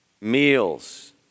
meals